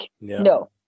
No